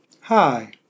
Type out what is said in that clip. Hi